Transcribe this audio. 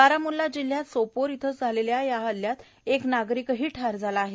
बारामुल्ला जिल्ह्यात सोपोर इथं झालेल्या या हल्ल्यात एक नागरिकही ठार झाला आहे